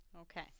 Okay